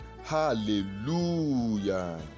Hallelujah